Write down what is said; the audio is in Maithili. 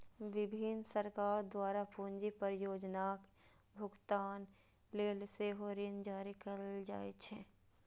विभिन्न सरकार द्वारा पूंजी परियोजनाक भुगतान लेल सेहो ऋण जारी कैल जाइ छै